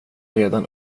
redan